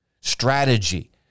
strategy